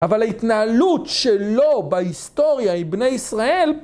אבל ההתנהלות שלו בהיסטוריה עם בני ישראל